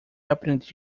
aprendi